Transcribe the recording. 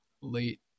late